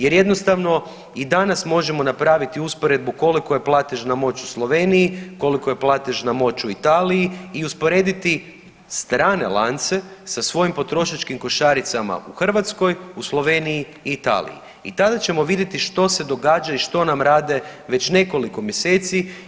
Jer jednostavno i danas možemo napraviti usporedbu koliko je platežna moć u Sloveniji, koliko je platežna moću Italiji i usporediti strane lance sa svojim potrošačkim košaricama u Hrvatskoj, u Sloveniji i Italiji i tada ćemo vidjeti što se događa i što nam rade već nekoliko mjeseci.